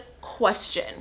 question